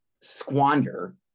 squander